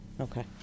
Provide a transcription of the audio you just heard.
Okay